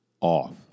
off